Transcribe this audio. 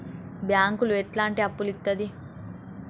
బ్యాంకులు ఎట్లాంటి అప్పులు ఇత్తది?